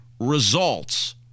results